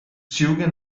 züge